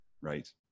right